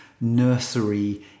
nursery